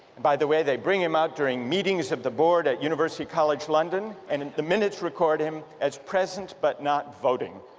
by the way they bring him out during meetings of the board at university college london and and the minutes record him as present but not voting.